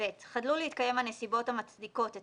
(ב)חדלו להתקיים הנסיבות המצדיקות את